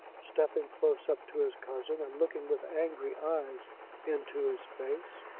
stepping close up to his cousin and looking with angry eyes into his face.